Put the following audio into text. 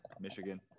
Michigan